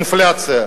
אינפלציה".